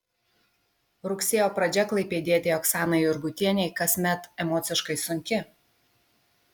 rugsėjo pradžia klaipėdietei oksanai jurgutienei kasmet emociškai sunki